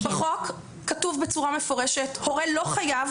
בחוק כתוב בצורה מפורשת שהורה לא חייב